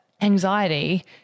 anxiety